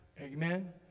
Amen